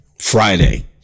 Friday